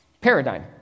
Paradigm